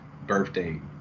Birthday